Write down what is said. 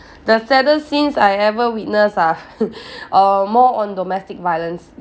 the saddest scenes I ever witness ah err more on domestic violence